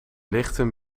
lichten